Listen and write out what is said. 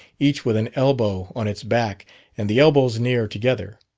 each with an elbow on its back and the elbows near together.